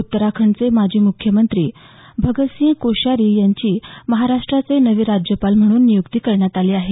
उत्तराखंडचे माजी मुख्यमंत्री भगतसिंग कोश्यारी यांची महाराष्ट्राचे नवे राज्यपाल म्हणून नियुक्ती करण्यात आली आहे